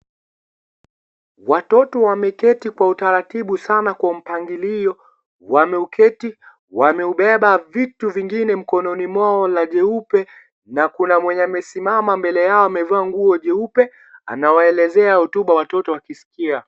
Watoto wameketi Kwa utaratibu sana Kwa mpangilio, wameuketi, wamebeba vitu vingine mkononi mwao la jeupe na kuna mwenye amesimama mbele yao amevaa nguo jeupe, anawaelezea hotuba watoto wakiskia.